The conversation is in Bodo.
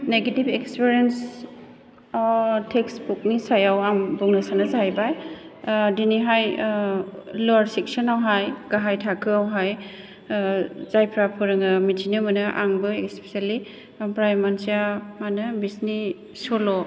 नेगेटिभ इग्सपिरियेन्स टेक्स बुकनि सायाव आं बुंनो सानो जाहैबाय दिनैहाय लवार सेकसनावहाय गाहाय थाखोआवहाय जायफ्रा फोरोङो मिथिनो मोनो आंबो स्पिसियेलि आमफ्राय मोनसेया मा होनो बिसिनि सल'